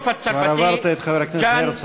כבר עברת את חבר הכנסת הרצוג.